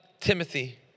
Timothy